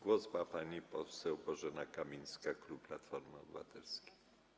Głos ma pani poseł Bożena Kamińska, klub Platformy Obywatelskiej.